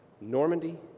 Normandy